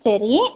சரி